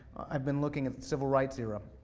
i've been looking at civil rights era.